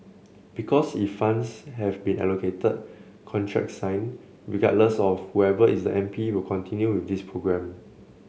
because if funds have been allocated contracts signed regardless of whoever is the M P will continue with this programme